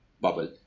bubble